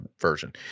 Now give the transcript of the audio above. version